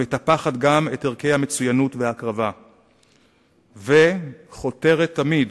המטפחת גם את ערכי הציונות וההקרבה וחותרת תמיד